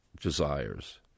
desires